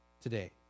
today